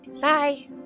bye